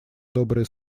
добрые